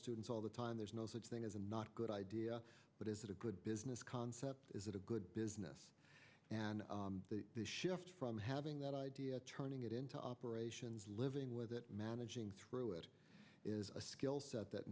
students all the time there's no such thing as a not good idea but is it a good business concept is it a good business and from having that idea turning it into operations living with it managing through it is a skill set that